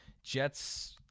Jets